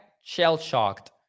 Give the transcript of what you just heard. shell-shocked